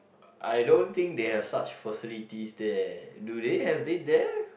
I don't' think they have such facilities there do they have it there